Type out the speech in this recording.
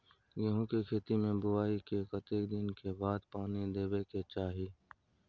गेहूँ के खेती मे बुआई के कतेक दिन के बाद पानी देबै के चाही?